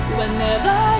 Whenever